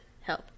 help